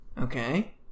Okay